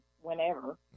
whenever